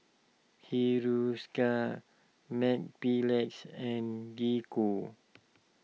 Hiruscar Mepilex and Gingko